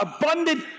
Abundant